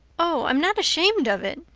oh, i'm not ashamed of it,